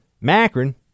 Macron